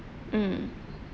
mm